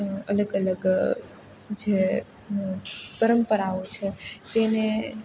અલગ અલગ જે પરંપરાઓ છે તેને